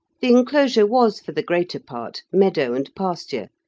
the enclosure was for the greater part meadow and pasture,